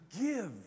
give